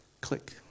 Click